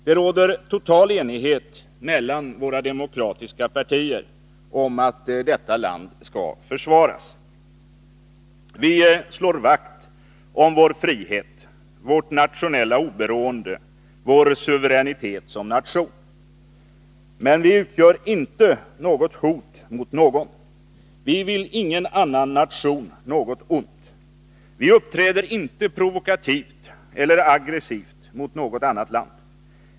Det råder total enighet mellan våra demokratiska partier om att detta land skall försvaras. Vi slår vakt om vår frihet, vårt nationella oberoende och vår suveränitet som nation. Men vi utgör inte något hot mot någon. Vi vill ingen annan nation något ont. Vi uppträder inte provokativt eller aggressivt mot annat land.